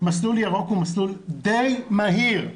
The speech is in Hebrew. מסלול ירוק הוא מסלול די מהיר,